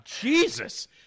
Jesus